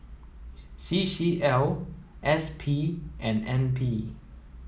C C L S P and N P